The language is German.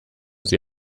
sie